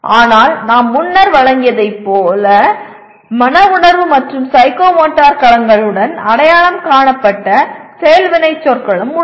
ஆனால் நாம் முன்னர் வழங்கியதைப் போல மன உணர்வு மற்றும் சைக்கோமோட்டர் களங்களுடன் அடையாளம் காணப்பட்ட செயல் வினைச்சொற்களும் உள்ளன